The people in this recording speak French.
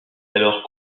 alors